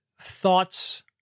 thoughts